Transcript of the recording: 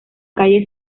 calle